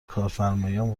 کارفرمایان